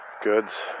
goods